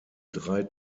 drei